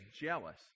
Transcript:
jealous